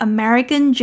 American